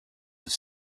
have